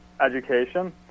education